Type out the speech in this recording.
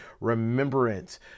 remembrance